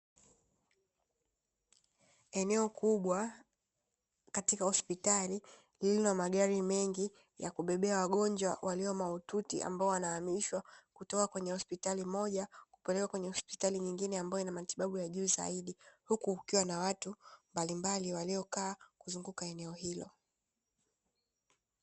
Eneo kubwa katika hospitali lililona magari mengi ya kubebea wagonjwa walio mahututi ambao wanahamishwa, kutoka kwenye hospitali moja kupelekwa kwenye hospitali nyingine ambayo ina matitabu ya juu zaidi, huku kukiwa na watu mbalimbali waliokaa kuzunguka eneo hilo.